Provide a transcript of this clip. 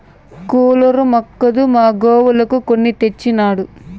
cooler మాక్కాదు మా గోవులకు కొని తెచ్చినాడు